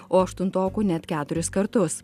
o aštuntokų net keturis kartus